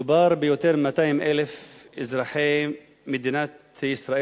מדובר ביותר מ-200,000 אזרחי מדינת ישראל